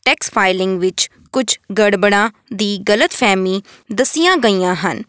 tax filing ਵਿੱਚ ਕੁਛ ਗੜਬੜਾਂ ਦੀ ਗਲਤ ਫ਼ਹਿਮੀ ਦੱਸੀਆਂ ਗਈਆਂ ਹਨ